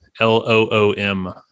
L-O-O-M